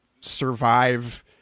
survive